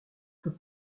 peut